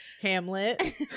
hamlet